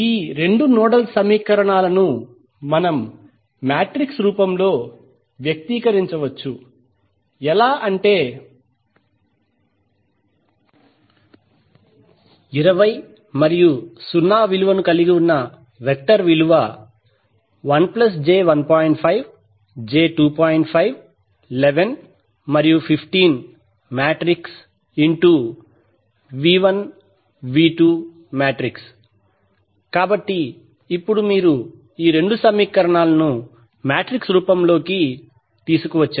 ఈ 2 నోడల్ సమీకరణాలను మనం మాట్రిక్స్ రూపంలో వ్యక్తీకరించవచ్చు ఎలా అంటే కాబట్టి ఇప్పుడు మీరు ఈ 2 సమీకరణాలను మాట్రిక్స్ రూపంలోకి తీసుకు వచ్చారు